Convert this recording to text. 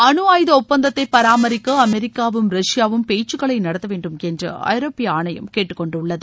அணுஆயுத ஒப்பந்தத்தை பராமரிக்க அமெரிக்காவும் ரஷ்யாவும் பேச்சுக்களை நடத்தவேண்டும் என்று ஐரோப்பிய ஆணையம் கேட்டுக்கொண்டுள்ளது